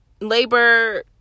Labor